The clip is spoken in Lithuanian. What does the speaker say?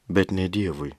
bet ne dievui